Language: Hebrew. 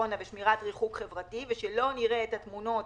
בטח לא מישראלי שרוצה להגיע למדינת ישראל.